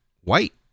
white